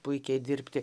puikiai dirbti